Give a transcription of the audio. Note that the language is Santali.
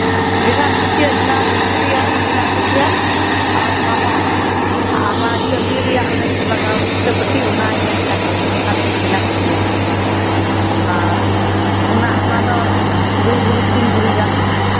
ᱵᱮᱱᱟᱣ ᱦᱚᱪᱚ ᱠᱮᱭᱟᱹᱧ ᱚᱱᱟ ᱞᱩᱛᱩ ᱨᱮᱭᱟᱜ ᱤᱧ ᱵᱮᱱᱟᱣ ᱦᱚᱪᱚ ᱠᱮᱭᱟ ᱟᱨ ᱢᱟᱞᱟ ᱟᱨ ᱚᱱᱟ ᱪᱟᱹᱫᱤ ᱨᱮᱭᱟᱜ ᱚᱱᱮ ᱠᱚ ᱞᱟᱜᱟᱣ ᱥᱤᱛᱟᱹᱯᱟᱹᱴᱤ ᱚᱱᱟᱧ ᱢᱮᱱᱮᱫ ᱠᱟᱱ ᱛᱟᱦᱮᱱᱟ ᱚᱱᱟ ᱨᱮᱭᱟᱜ ᱤᱧ ᱵᱮᱱᱟᱣ ᱦᱚᱪᱚ ᱠᱮᱭᱟ ᱟᱨ ᱥᱳᱱᱟ ᱚᱱᱟᱫᱚ ᱫᱩᱭ ᱵᱷᱚᱨᱤ ᱛᱤᱱ ᱵᱷᱚᱨᱤᱜᱟᱱ